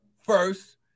first